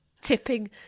tipping